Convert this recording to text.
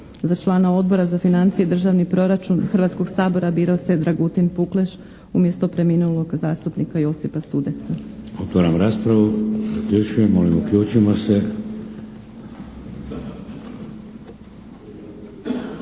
Za člana Odbora za financije i državni proračun Hrvatskog sabora birao se Dragutin Pukleš umjesto preminulog zastupnika Josipa Sudeca. **Šeks, Vladimir (HDZ)** Otvaram raspravu. Zaključujem. Molim uključimo se.